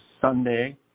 Sunday